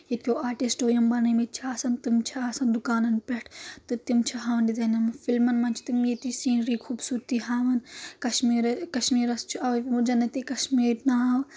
ییٚتہِ کیٚو آرٹِسٹو یِم بَنٲومٕتۍ چھِ آسان تِم چھِ آسان دُکانَن پؠٹھ تہٕ تِم چھِ ہاوان ڈزاین یِم فِلمن منٛز چھِ تِم ییٚتچ سیٖنری خوٗبصوٗرتی ہاوان کشمیٖر کشمیٖرَس چھُکھ اَوے ووٚنمُُت جَنتہِ کشمیٖر ناو